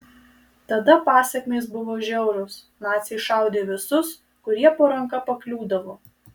tada pasekmės buvo žiaurios naciai šaudė visus kurie po ranka pakliūdavo